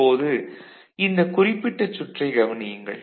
இப்போது இந்த குறிப்பிட்ட சுற்றைக் கவனியுங்கள்